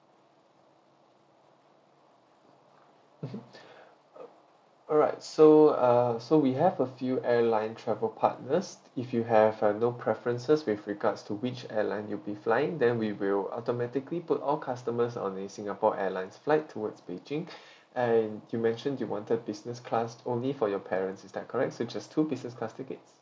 mmhmm uh alright so uh so we have a few airline travel partners if you have uh no preferences with regards to which airline you'll be flying then we will automatically put all customers on a singapore airlines flight towards beijing and you mentioned you wanted business class only for your parents is that correct so just two business class tickets